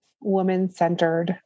woman-centered